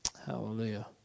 Hallelujah